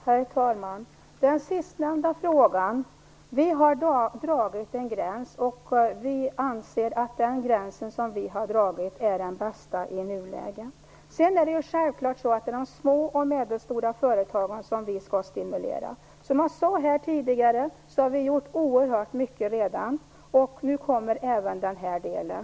Herr talman! Som svar på den sistnämnda frågan vill jag säga att vi har dragit en gräns. Vi anser att den gräns som vi har dragit är den bästa i nuläget. Det är de små och medelstora företagen som vi skall stimulera. Som jag sade här tidigare har vi gjort oerhört mycket redan, och nu kommer även den här delen.